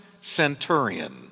centurion